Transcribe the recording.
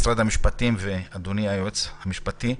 משרד המשפטים ואדוני היועץ המשפטי,